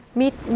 meet